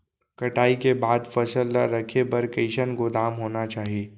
कटाई के बाद फसल ला रखे बर कईसन गोदाम होना चाही?